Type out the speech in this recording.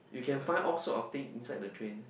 you can find all sort of thing inside the train